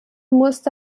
musste